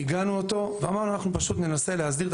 עיגנו אותו ואמרנו שאנחנו פשוט ננסה להסדיר את